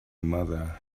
mother